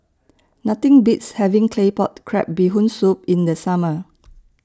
Nothing Beats having Claypot Crab Bee Hoon Soup in The Summer